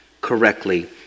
correctly